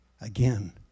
Again